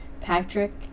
Patrick